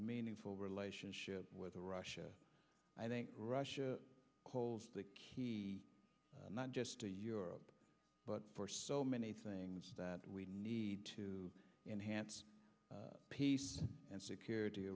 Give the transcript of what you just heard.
meaningful relationship with russia i think russia holds the key not just to europe but for so many things that we need to enhance peace and security